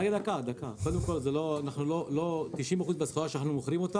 90% מהסחורה שאנחנו מוכרים,